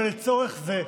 אבל לצורך זה,